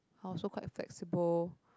I'm also quite flexible